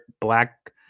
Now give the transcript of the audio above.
black